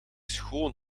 schoon